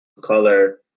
color